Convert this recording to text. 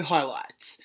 Highlights